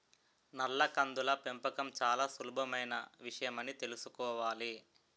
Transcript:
నల్ల కందుల పెంపకం చాలా సులభమైన విషయమని తెలుసుకోవాలి